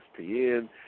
ESPN